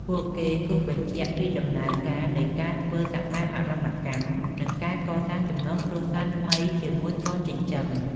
ពួកគេគូសបញ្ជាក់ពីដំណើរការនៃការធ្វើសមាហរណកម្ម និងការកសាងចំណងគ្រួសារថ្មីជាមួយកូនចិញ្ចឹម។